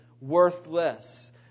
worthless